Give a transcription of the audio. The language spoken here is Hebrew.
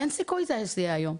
אין סיכוי שזה יהיה היום.